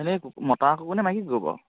এনেই মতা কুকুৰ নে মাইকী কুকুৰ বাৰু